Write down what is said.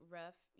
rough